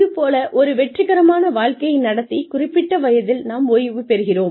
இது போல ஒரு வெற்றிகரமான வாழ்க்கையை நடத்திக் குறிப்பிட்ட வயதில் நாம் ஓய்வு பெறுகிறோம்